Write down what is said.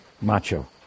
macho